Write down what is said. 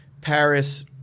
Paris